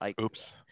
Oops